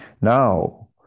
now